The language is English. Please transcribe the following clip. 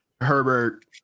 Herbert